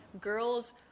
girls